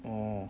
oh